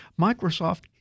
Microsoft